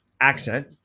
accent